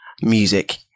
music